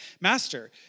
Master